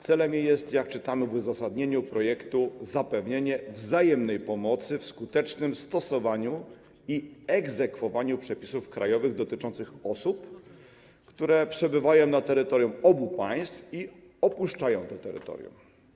Celem jej jest, jak czytamy w uzasadnieniu projektu, zapewnienie wzajemnej pomocy w skutecznym stosowaniu i egzekwowaniu przepisów krajowych dotyczących osób, które przebywają na terytorium obu państw i opuszczają te terytorium.